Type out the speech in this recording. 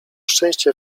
szczęście